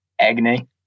agony